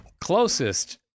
Closest